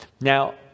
Now